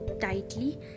tightly